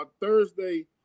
Thursday